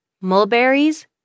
mulberries